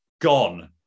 Gone